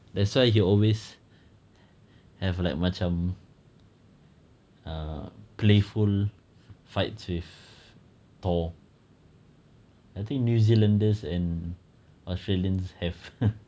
that's why he always have like macam err playful fights with thor I think new zealanders and australians have